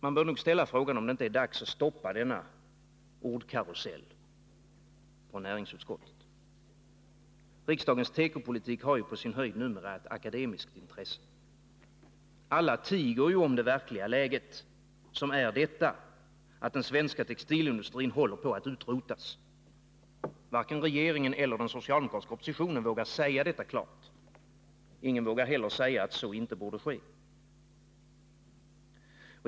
Man bör nog ställa frågan, om det inte är dags att stoppa denna ordkarusell. Riksdagens tekopolitik har ju numera på sin höjd ett akademiskt intresse. Alla tiger om det verkliga läget, som är detta: Den svenska textilindustrin håller på att utrotas. Varken regeringen eller den socialdemokratiska oppositionen vågar säga detta klart. Ingen vågar heller säga, att så inte borde ske.